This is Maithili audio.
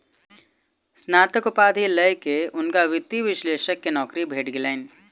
स्नातक उपाधि लय के हुनका वित्तीय विश्लेषक के नौकरी भेट गेलैन